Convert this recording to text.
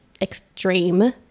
extreme